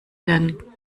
denn